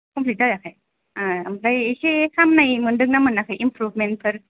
complete जायाखै ओ ओमफ्राय इसे हामनाय मोनदों ना मोनाखै इमप्रुभमेन्टफोर